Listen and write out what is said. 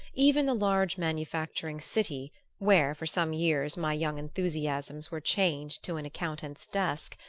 even the large manufacturing city where, for some years, my young enthusiasms were chained to an accountant's desk,